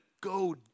go